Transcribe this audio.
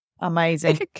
Amazing